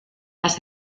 las